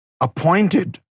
appointed